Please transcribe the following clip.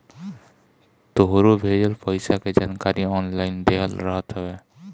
तोहरो भेजल पईसा के जानकारी ऑनलाइन देहल रहत हवे